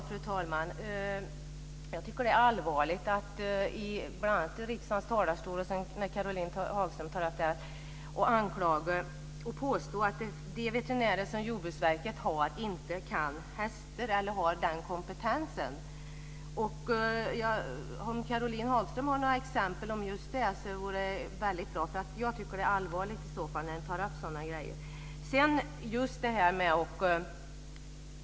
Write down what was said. Fru talman! Jag tycker att det är allvarligt när Caroline Hagström påstår att de veterinärer som Jordbruksverket har inte kan hästar eller har den kompetensen. Om Caroline Hagström har några exempel på just det vore det väldigt bra, för jag tycker att det är allvarligt när man tar upp sådant.